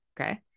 Okay